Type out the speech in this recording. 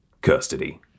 custody